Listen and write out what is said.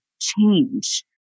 change